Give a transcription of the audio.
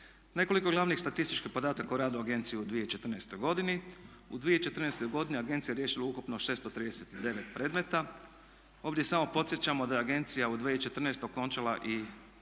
Nekoliko glavnih statističkih podataka o radu agencije u 2014. godini. U 2014. godini agencija je riješila ukupno 639 predmeta. Ovdje samo podsjećamo da je agencija u 2014. okončala i